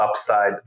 upside